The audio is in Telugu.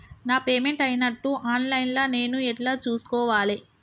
నా పేమెంట్ అయినట్టు ఆన్ లైన్ లా నేను ఎట్ల చూస్కోవాలే?